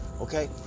Okay